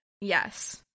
yes